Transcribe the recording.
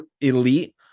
elite